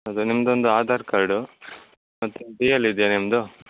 ಹೌದಾ ನಿಮ್ದು ಒಂದು ಆಧಾರ್ ಕಾರ್ಡು ಮತ್ತೆ ಡಿ ಎಲ್ ಇದೆಯಾ ನಿಮ್ಮದು